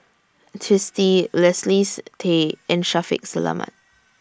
Twisstii Leslie's Tay and Shaffiq Selamat